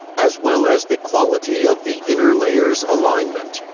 as well as the quality of the inner layers' alignment.